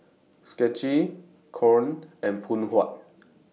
Schick Knorr and Phoon Huat